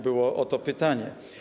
Było o to pytanie.